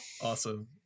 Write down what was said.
Awesome